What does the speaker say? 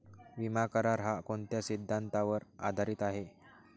विमा करार, हा कोणत्या सिद्धांतावर आधारीत आहे?